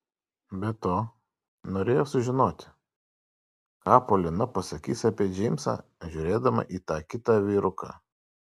be to norėjo sužinoti ką polina pasakys apie džeimsą žiūrėdama į tą kitą vyruką